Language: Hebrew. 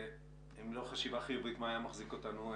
אם לא חשיבה חיובית מה היה מחזיק אותנו?